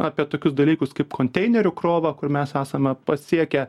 apie tokius dalykus kaip konteinerių krovą kur mes esame pasiekę